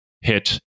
hit